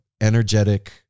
energetic